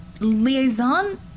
liaison